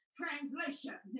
translation